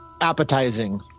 Appetizing